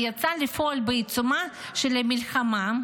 היא יצאה לפועל בעיצומה של המלחמה,